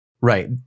Right